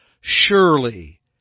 Surely